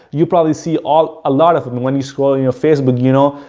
you probably see all a lot of them when you scroll your facebook you know,